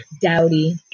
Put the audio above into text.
Dowdy